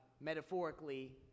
metaphorically